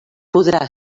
podrà